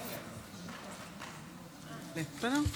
תודה.